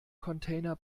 container